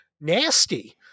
nasty